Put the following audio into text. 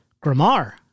Grammar